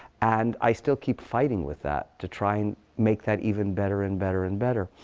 and i still keep fighting with that to try and make that even better and better and better.